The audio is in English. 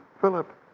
Philip